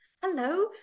Hello